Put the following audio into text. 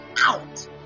out